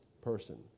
person